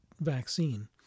vaccine